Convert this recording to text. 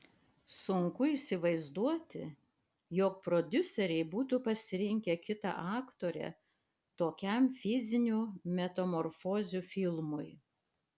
sunku įsivaizduoti jog prodiuseriai būtų pasirinkę kitą aktorę tokiam fizinių metamorfozių filmui